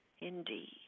Indeed